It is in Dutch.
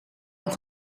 nog